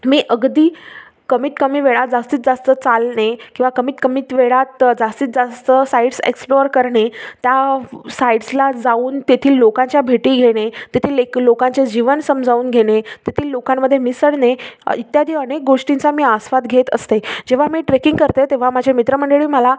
मी अगदी कमीत कमी वेळात जास्तीत जास्त चालणे किंवा कमीत कमीत वेळात जास्तीत जास्त साईट्स एक्सप्लोअर करणे त्या व् साईट्सला जाऊन तेथील लोकांच्या भेटी घेणे तेथील लोक लोकांचे जीवन समजावून घेणे तेथील लोकांमध्ये मिसळणे अ इत्यादी अनेक गोष्टींचा मी आस्वाद घेत असते आहे जेव्हा मी ट्रेकिंग करते तेव्हा माझे मित्रमंडळी मला